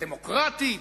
הדמוקרטית,